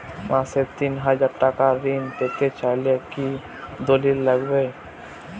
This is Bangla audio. মাসে তিন হাজার টাকা ঋণ পেতে চাইলে কি দলিল লাগবে?